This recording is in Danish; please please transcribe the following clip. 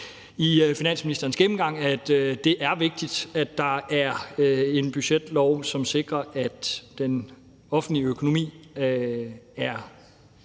i finansministerens gennemgang. Det er vigtigt, at der er en budgetlov, som sikrer, at den offentlige økonomi er